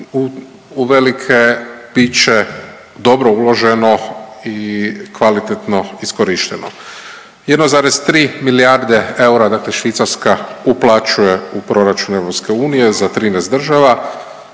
uvelike bit će dobro uloženo i kvalitetno iskorišteno. 1,3 milijarde eura dakle Švicarska uplaćuje u proračun EU za 13 država,